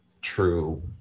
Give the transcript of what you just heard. true